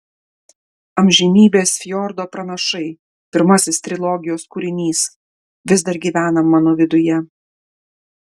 amžinybės fjordo pranašai pirmasis trilogijos kūrinys vis dar gyvena mano viduje